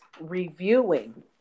reviewing